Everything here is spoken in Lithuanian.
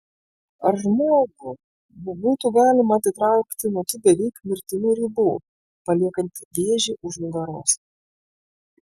ar žmogų būtų galima atitraukti nuo tų beveik mirtinų ribų paliekant vėžį už nugaros